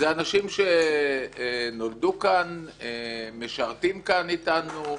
זה אנשים שנולדו כאן, משרתים כאן אתנו,